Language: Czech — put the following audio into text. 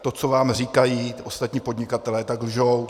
To, co vám říkají ostatní podnikatelé, tak lžou.